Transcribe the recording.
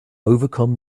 overcome